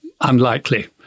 Unlikely